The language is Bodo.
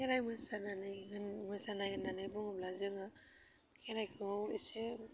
खेराइ मोसानानै जों मोसानाय होन्नानै बुङोब्ला जोङो खेराइखौ एसे